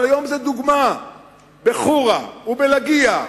אבל היום לדוגמה בחורה, ובלגייה,